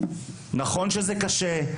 נכון שזה קשה,